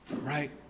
Right